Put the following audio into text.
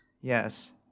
Yes